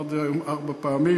אמרתי את זה היום ארבע פעמים.